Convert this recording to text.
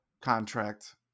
contract